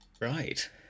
Right